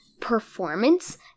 performance